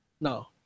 No